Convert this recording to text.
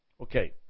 Okay